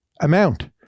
amount